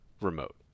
remote